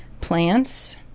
Plants